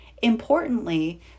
Importantly